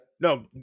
No